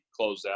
closeout